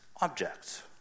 objects